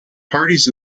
parties